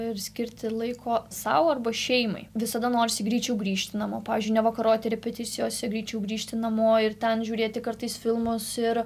ir skirti laiko sau arba šeimai visada norisi greičiau grįžti namo pavyzdžiui nevakaroti repeticijose greičiau grįžti namo ir ten žiūrėti kartais filmus ir